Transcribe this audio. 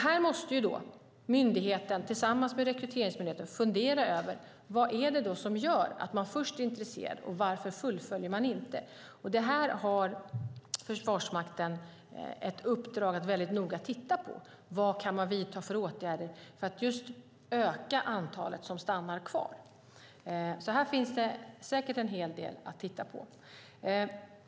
Här måste myndigheten tillsammans med Rekryteringsmyndigheten fundera över: Vad är det som gör att de först är intresserade, och varför fullföljer de inte? Det har Försvarsmakten ett uppdrag att väldigt noga titta på. Vad kan man vidta för åtgärder för att öka antalet som stannar kvar? Här finns det säkert en hel del att titta på.